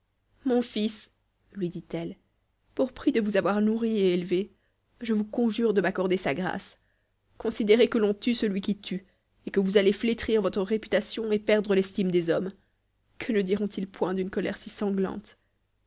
mon fils lui dit-elle pour prix de vous avoir nourri et élevé je vous conjure de m'accorder sa grâce considérez que l'on tue celui qui tue et que vous allez flétrir votre réputation et perdre l'estime des hommes que ne diront-ils point d'une colère si sanglante